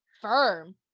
firm